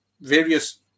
various